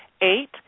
Eight